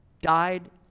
died